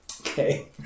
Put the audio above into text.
Okay